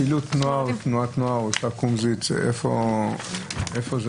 תנועת נוער עושה קומזיץ, איפה זה